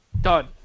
done